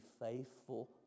faithful